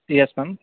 yes ma'am